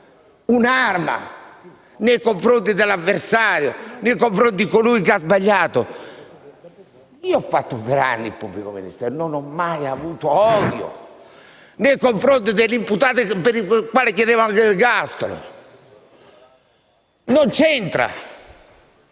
un'arma nei confronti dell'avversario, nei confronti di colui che ha sbagliato. Io ho fatto per anni il pubblico ministero e non ho mai provato odio nei confronti di imputati contro i quali chiedevo anche l'ergastolo. È necessario